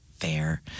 Fair